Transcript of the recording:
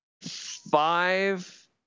five